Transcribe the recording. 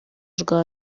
rwa